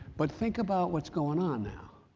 but think about what's going on now.